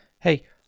hey